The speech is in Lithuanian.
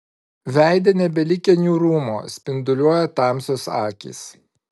veide nebelikę niūrumo spinduliuoja tamsios akys